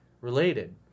related